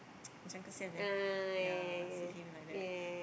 macam kesian seh yea see him like that